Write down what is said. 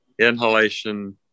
inhalation